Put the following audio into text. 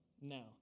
now